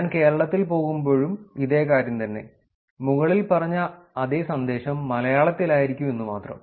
ഞാൻ കേരളത്തിൽ പോകുമ്പോഴും ഇതേ കാര്യം തന്നെ മുകളിൽ പറഞ്ഞ അതെ സന്ദേശം മലയാളത്തിലായിരിക്കും എന്ന് മാത്രം